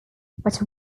but